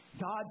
God